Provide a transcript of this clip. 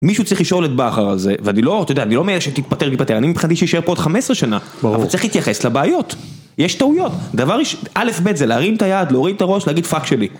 מישהו צריך לשאול את בה אחר זה, ואתה יודע, אני לא אומר שתתפטר, תתפטר, אני מבחינתי שישאר פה עוד 15 שנה, אבל צריך להתייחס לבעיות, יש טעויות, דבר ראשון, א' ב' זה להרים את היד, להורים את הראש, להגיד פאק שלי